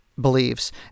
beliefs